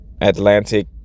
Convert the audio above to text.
Atlantic